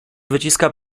wyciska